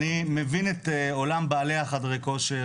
אני מבין את עולם בעלי חדרי הכושר,